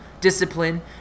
discipline